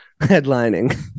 headlining